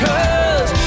Cause